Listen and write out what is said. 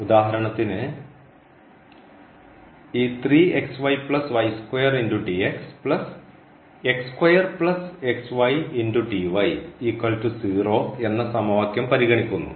ഉദാഹരണത്തിന് ഈ എന്ന സമവാക്യം പരിഗണിക്കുന്നു